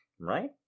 Right